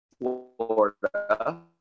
Florida